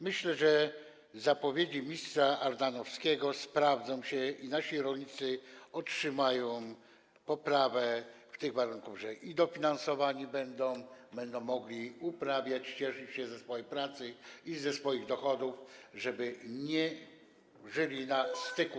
Myślę, że zapowiedzi ministra Ardanowskiego sprawdzą się i nasi rolnicy odczują poprawę tych warunków, że będą dofinansowani i będą mogli uprawiać, cieszyć się ze swojej pracy i ze swoich dochodów, żeby nie żyli na styku.